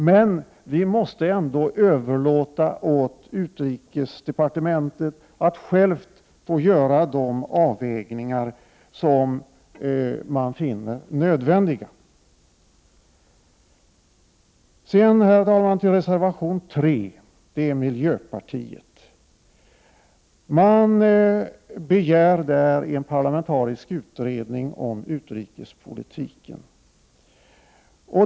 Men vi måste ändå överlåta åt utrikesdepartementet att självt få göra de avvägningar som man finner nödvändiga. Reservation 3 har avgivits av miljöpartiet. Man begär där en parlamentarisk utredning om utrikespolitiken.